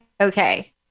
Okay